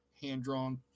hand-drawn